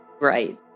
Right